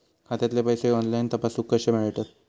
खात्यातले पैसे ऑनलाइन तपासुक कशे मेलतत?